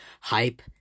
hype